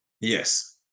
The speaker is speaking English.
Yes